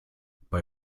bei